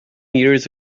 years